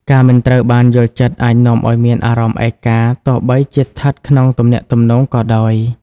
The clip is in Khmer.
ការមិនត្រូវបានយល់ចិត្ត អាចនាំឲ្យមានអារម្មណ៍ឯកា ទោះបីជាស្ថិតក្នុងទំនាក់ទំនងក៏ដោយ។